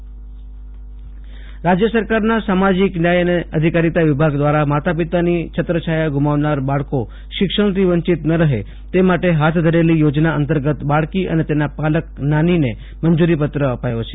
આશુતોષ અંતાણી સમાજ સુરક્ષા યોજના રાજ્ય સરકારના સામાજીક ન્યાય અને અધિકારીતા વિભાગ દ્વારા માતા પિતાની છત્રછાયા ગુમાવનાર બાળકો શિક્ષણથી વંચીત ન રહે તે માટે હાથ ધરેલી યોજના અંતર્ગત બાળકી અને તેના પાલક નાનીને મંજુરી પત્ર અપાયો છે